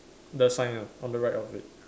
the sign ah on the right of it